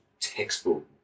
textbook